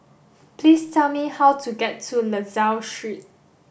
please tell me how to get to La Salle Street